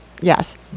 Yes